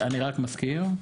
אני מסכים,